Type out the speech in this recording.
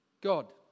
God